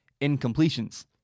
incompletions